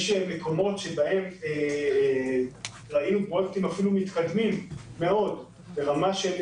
יש מקומות שבהם קמים פרויקטים מתקדמים ברמה של